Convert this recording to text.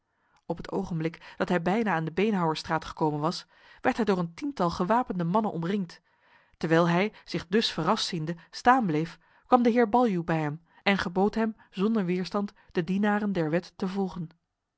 op het ogenblik dat hij bijna aan de beenhouwersstraat gekomen was werd hij door een tiental gewapende mannen omringd terwijl hij zich dus verrast ziende staan bleef kwam de heer baljuw bij hem en gebood hem zonder weerstand de dienaren der wet te volgen